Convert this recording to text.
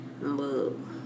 Look